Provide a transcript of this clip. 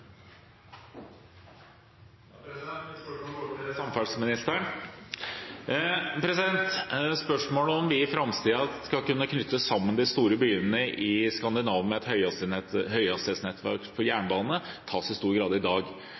skal kunne knytte sammen de store byene i Skandinavia med et høyhastighetsnettverk for jernbane, tas i stor grad i dag.